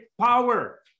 power